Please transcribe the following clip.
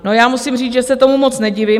No, já musím říct, že se tomu moc nedivím.